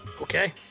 Okay